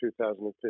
2015